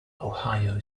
ohio